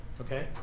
okay